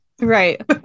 Right